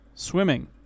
Swimming